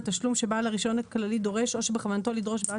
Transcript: על תשלום שבעל הרישיון הכללי דורש או שבכוונתו לדרוש בעד